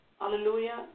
hallelujah